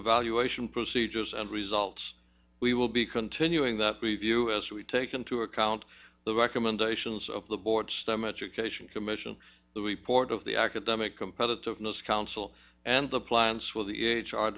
evaluation procedures and results we will be continuing that we view as we take into account the recommendations of the board stem education commission the report of the academic competitiveness council and the plans with the